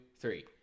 three